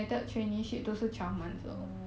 oh